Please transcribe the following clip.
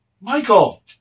Michael